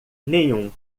nenhum